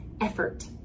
effort